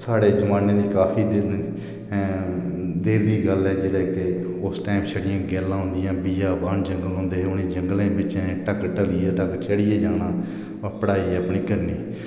साढ़े जमाने दी काफी दिन देर दी गल्ल ऐ जेह्ड़ा के उस टैम छड़ियां गैलां होंदियां बियावान जंगल होंदे हे उनें जंगलें बिच्चें ढक्क टप्पियै ढक्क चढ़ियै जाना पढ़ाई अपनी करनी